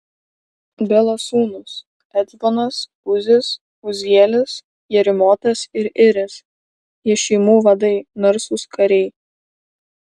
belos sūnūs ecbonas uzis uzielis jerimotas ir iris jie šeimų vadai narsūs kariai